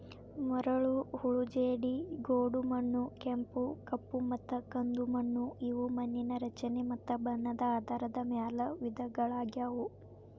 ಮರಳು, ಹೂಳು ಜೇಡಿ, ಗೋಡುಮಣ್ಣು, ಕೆಂಪು, ಕಪ್ಪುಮತ್ತ ಕಂದುಮಣ್ಣು ಇವು ಮಣ್ಣಿನ ರಚನೆ ಮತ್ತ ಬಣ್ಣದ ಆಧಾರದ ಮ್ಯಾಲ್ ವಿಧಗಳಗ್ಯಾವು